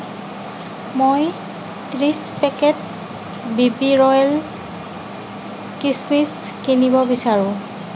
মই ত্ৰিছ packet B B royal কিছমিছ কিনিব বিচাৰোঁ